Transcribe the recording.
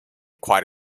quite